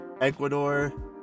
Ecuador